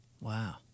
Wow